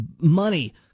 money